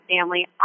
family